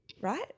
right